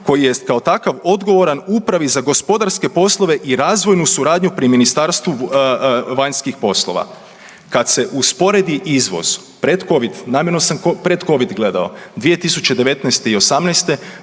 koji jest kao takav odgovoran Upravi za gospodarske poslove i razvojnu suradnju pri Ministarstvu vanjskih poslova. Kad se usporedi izvoz predcovid, namjerno sam predcovid gledao, 2019. i '18.,